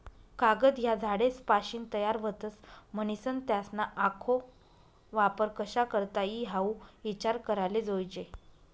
कागद ह्या झाडेसपाशीन तयार व्हतस, म्हनीसन त्यासना आखो वापर कशा करता ई हाऊ ईचार कराले जोयजे